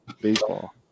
baseball